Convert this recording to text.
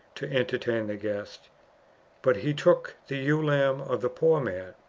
to entertain the guest but he took the ewe-lamb of the poor man,